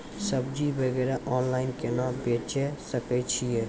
सब्जी वगैरह ऑनलाइन केना बेचे सकय छियै?